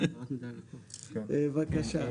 בבקשה.